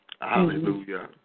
Hallelujah